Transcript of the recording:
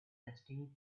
destiny